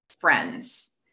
friends